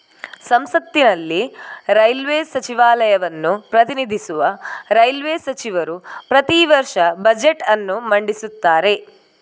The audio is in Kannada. ಸಂಸತ್ತಿನಲ್ಲಿ ರೈಲ್ವೇ ಸಚಿವಾಲಯವನ್ನು ಪ್ರತಿನಿಧಿಸುವ ರೈಲ್ವೇ ಸಚಿವರು ಪ್ರತಿ ವರ್ಷ ಬಜೆಟ್ ಅನ್ನು ಮಂಡಿಸುತ್ತಾರೆ